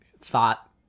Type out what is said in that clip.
thought